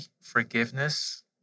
forgiveness